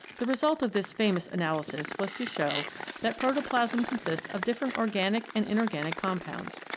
the result of this famous analysis was to show that protoplasm consists of different organic and inorganic compounds.